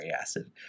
acid